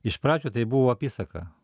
iš pradžių tai buvo apysaka